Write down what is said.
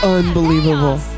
unbelievable